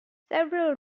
several